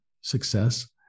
success